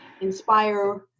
inspire